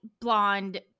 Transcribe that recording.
blonde